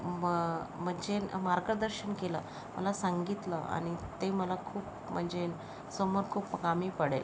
म म्हणजे मार्गदर्शन केलं मला सांगितलं आणि ते मला खूप म्हणजे समोर खूप कामी पडेल